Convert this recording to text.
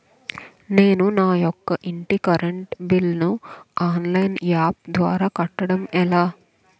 నేను నా యెక్క ఇంటి కరెంట్ బిల్ ను ఆన్లైన్ యాప్ ద్వారా కట్టడం ఎలా?